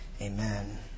Amen